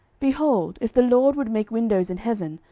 behold, if the lord would make windows in heaven,